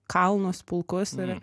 kalnus pulkus ir